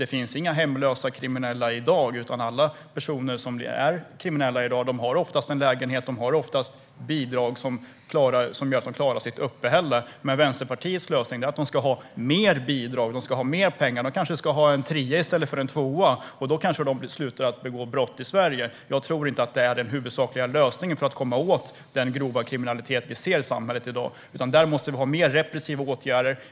Det finns inga hemlösa kriminella i dag, utan dessa personer har oftast en lägenhet och bidrag som gör att de klarar sitt uppehälle. Men Vänsterpartiets lösning är att de ska ha mer bidrag och mer pengar. De ska kanske ha en trerummare i stället för en tvåa. Då kanske de slutar att begå brott. Jag tror inte att det är den huvudsakliga lösningen för att komma åt den grova kriminalitet som vi ser i samhället i dag. Där måste det till mer repressiva åtgärder.